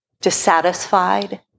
dissatisfied